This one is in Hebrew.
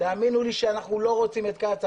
תאמינו לי שאנחנו לא רוצים את קצ"א.